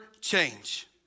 change